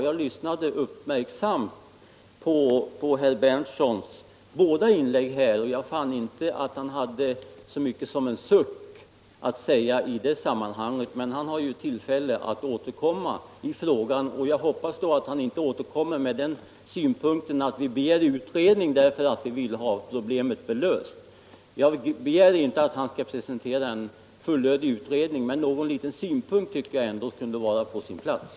Jag lyssnade uppmärksamt på herr Berndtsons båda inlägg och fann inte att han hade så mycket som en suck att anföra i det sammanhanget. Men han har ju tillfälle att återkomma i frågan, och jag hoppas att han då inte återkommer med den synpunkten att ”vi kräver utredning därför att vi vill ha problemet belyst”. Jag begär inte att han skall presentera en fullödig utredning, men någon liten synpunkt tycker jag ändå kunde vara på sin plats.